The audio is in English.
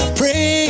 pray